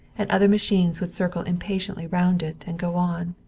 and other machines would circle impatiently round it and go on.